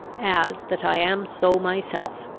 as that i am so myself.